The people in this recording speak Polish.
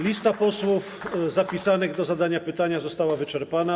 Lista posłów zapisanych do zadania pytania została wyczerpana.